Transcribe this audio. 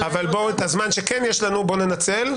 את הזמן שיש לנו בואו ננצל,